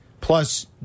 plus